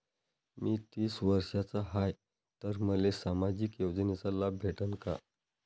मी तीस वर्षाचा हाय तर मले सामाजिक योजनेचा लाभ भेटन का?